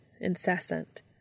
incessant